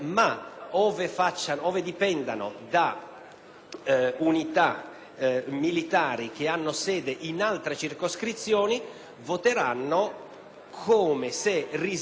da unità militari che hanno sede in altre circoscrizioni, voteranno come se risiedessero o in quanto risiedono - perché spesso è così